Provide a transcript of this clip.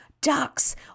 Ducks